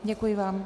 Děkuji vám.